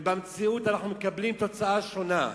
ובמציאות אנחנו מקבלים תוצאה שונה.